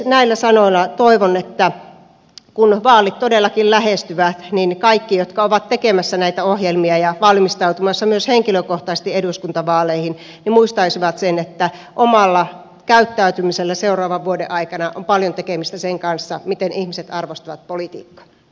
näillä sanoilla toivon kun vaalit todellakin lähestyvät että kaikki jotka ovat tekemässä näitä ohjelmia ja valmistautumassa myös henkilökohtaisesti eduskuntavaaleihin muistaisivat sen että omalla käyttäytymisellä seuraavan vuoden aikana on paljon tekemistä sen kanssa miten ihmiset arvostavat politiikkaa